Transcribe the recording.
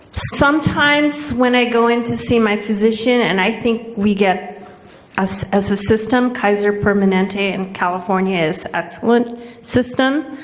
sometimes, when i go in to see my physician and i think we get as a ah system, kaiser permanente in california is excellent system.